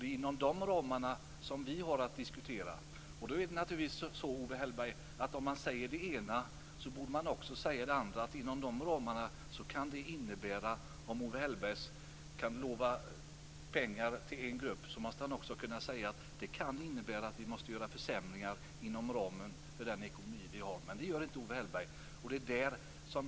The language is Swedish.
Det är inom de ramarna som vi har att diskutera. Om man säger det ena borde man naturligtvis också säga det andra, Owe Hellberg. Om Owe Hellberg kan lova pengar till en grupp måste han också kunna säga att det kan innebära försämringar för andra inom ramen för den ekonomi vi har. Men det gör inte Owe Hellberg.